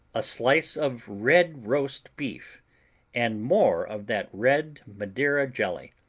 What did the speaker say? a slice of red roast beef and more of that red madeira jelly,